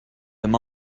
them